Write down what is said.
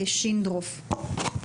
בבקשה.